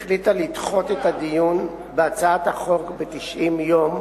החליטה לדחות את הדיון בהצעת החוק ב-90 יום,